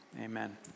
amen